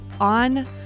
on